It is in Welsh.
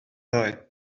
ddoe